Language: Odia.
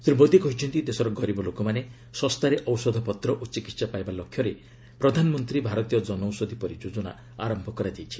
ଶ୍ରୀ ମୋଦି କହିଛନ୍ତି ଦେଶର ଗରିବ ଲୋକମାନେ ଶସ୍ତାରେ ଔଷଧପତ୍ର ଓ ଚିକିହା ପାଇବା ଲକ୍ଷ୍ୟରେ ପ୍ରଧାନମନ୍ତ୍ରୀ ଭାରତୀୟ କନୌଷଧି ପରିଯୋଜନା ଆରମ୍ଭ କରାଯାଇଛି